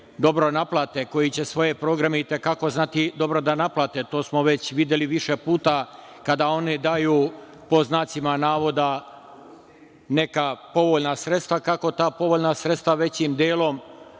dobro naplate, koji će svoje programe, i te kako znati dobro da naplate, to smo već videli više puta kada oni daju, ''neka povoljna sredstva'', kako ta povoljna sredstva većim delom